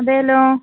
അതെയല്ലോ